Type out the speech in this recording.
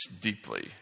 deeply